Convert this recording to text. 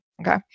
Okay